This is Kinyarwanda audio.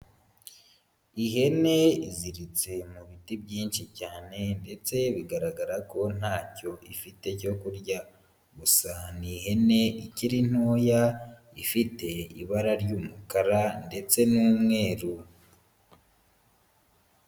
Ihene iziritse mu biti byinshi cyane ndetse bigaragara ko nta cyo ifite cyo kurya, gusa ni ihene ikiri ntoya ifite ibara ry'umukara ndetse n'umweru.